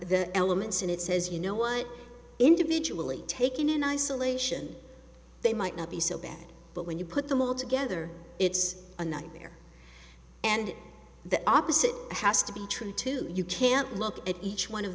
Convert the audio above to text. the elements and it says you know what individually taken in isolation they might not be so bad but when you put them all together it's a nightmare and the opposite has to be true to you can't look at each one of